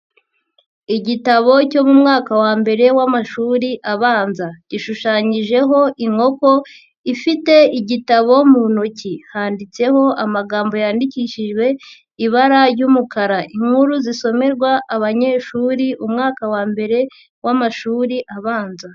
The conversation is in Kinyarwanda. Igitabo cyo mu mwaka wa mbere w'amashuri abanza, gishushanyijeho inkoko ifite igitabo mu ntoki, handitseho amagambo yandikishijwe ibara ry'umukara, inkuru zisomerwa abanyeshuri, umwaka wa mbere w'amashuri abanza.